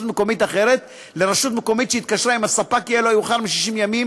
מקומית אחרת לרשות המקומית שהתקשרה עם הספק יהיה לא מאוחר מ-60 ימים